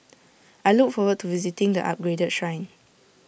I look forward to visiting the upgraded Shrine